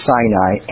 Sinai